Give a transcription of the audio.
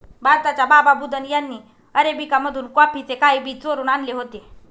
भारताच्या बाबा बुदन यांनी अरेबिका मधून कॉफीचे काही बी चोरून आणले होते